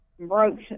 broke